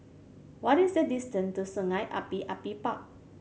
what is the distance to Sungei Api Api Park